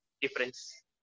difference